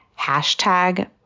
hashtag